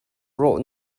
rawh